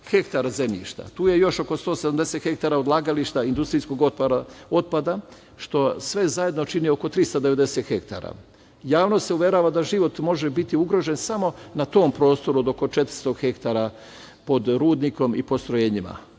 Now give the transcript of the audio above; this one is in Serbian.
hektara zemljišta. Tu je još oko 170 hektara odlagališta industrijskog otpada, što sve zajedno čini oko 390 hektara. Javnost se uverava da život može biti ugrožen samo na tom prostoru od oko 400 hektara pod rudnikom i postrojenjima.